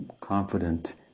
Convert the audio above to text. confident